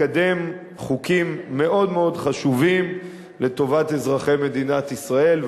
מקדם חוקים מאוד מאוד חשובים לטובת אזרחי מדינת ישראל.